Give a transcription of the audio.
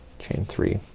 chain three,